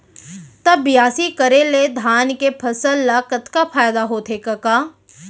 त बियासी करे ले धान के फसल ल कतका फायदा होथे कका?